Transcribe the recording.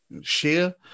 share